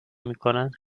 میکنند